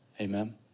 Amen